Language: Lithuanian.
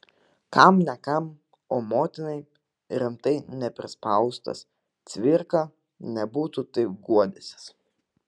kam ne kam o motinai rimtai neprispaustas cvirka nebūtų taip guodęsis